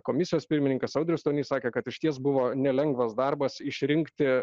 komisijos pirmininkas audrius stonys sakė kad išties buvo nelengvas darbas išrinkti